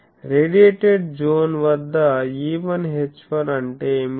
radiated zone వద్ద E1 H1 అంటే ఏమిటి